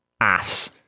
ass